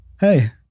Hey